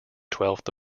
twelfth